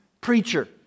preacher